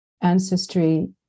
ancestry